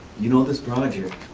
you know this project.